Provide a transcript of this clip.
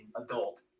adult